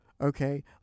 okay